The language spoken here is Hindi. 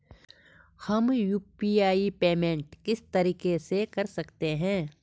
हम यु.पी.आई पेमेंट किस तरीके से कर सकते हैं?